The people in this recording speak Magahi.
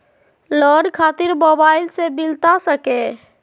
लोन खातिर मोबाइल से मिलता सके?